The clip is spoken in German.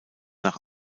nach